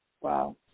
Wow